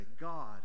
God